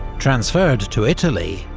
transferred to italy,